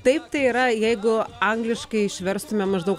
taip tai yra jeigu angliškai išverstumėm maždaug